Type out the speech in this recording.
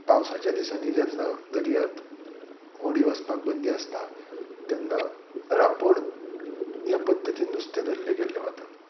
पावसाच्या दिसांनी जेन्ना दर्यांत होडी वचपाक बंदी आसता तेन्ना राबण ह्या पद्दतीन नुस्तें धरल्ले गेल्ले वता